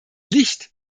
licht